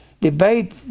Debate